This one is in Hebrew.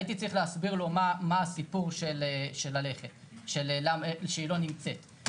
הייתי צריך להסביר לו מה הסיפור שהיא לא נמצאת.